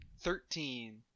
Thirteen